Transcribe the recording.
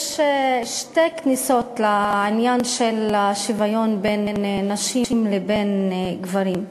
יש שתי כניסות לעניין של השוויון בין נשים לבין גברים: